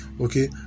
okay